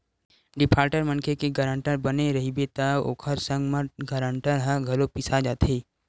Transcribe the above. defaulter मनखे के guarantor बने रहिबे त ओखर संग म गारंटर ह घलो पिसा जाथे